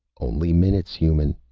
only minutes, human!